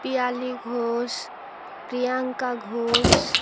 Piyali Ghosh Priyanka Ghosh